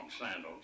sandals